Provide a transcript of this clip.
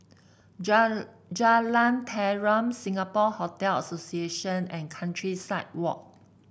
Jalan Tarum Singapore Hotel Association and Countryside Walk